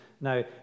Now